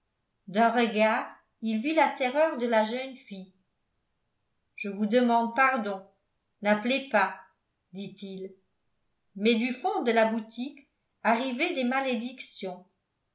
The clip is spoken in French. d'un regard il vit la terreur de la jeune fille je vous demande pardon n'appelez pas dit-il mais du fond de la boutique arrivaient des malédictions